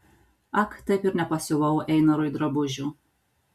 ak taip ir nepasiuvau einarui drabužių